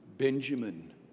Benjamin